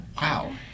wow